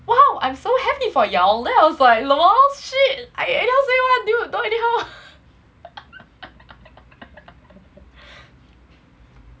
!wow! I'm so happy for you all then I was like LOL shit I anyhow say [one] dude don't anyhow